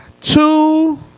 two